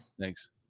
Thanks